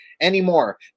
anymore